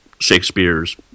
Shakespeare's